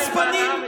חוצפנים.